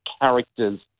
characters